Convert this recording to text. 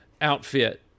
outfit